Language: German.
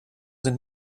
sind